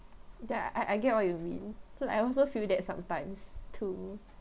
ya I I I get what you mean so I also feel that sometimes too